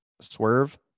swerve